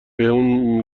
بهمون